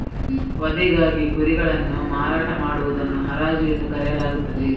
ವಧೆಗಾಗಿ ಕುರಿಗಳನ್ನು ಮಾರಾಟ ಮಾಡುವುದನ್ನು ಹರಾಜು ಎಂದು ಕರೆಯಲಾಗುತ್ತದೆ